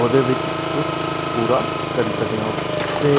ओह्दे बिच्च तुस पूरा करी सकने ओ ते